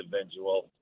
individual